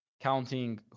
counting